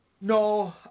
No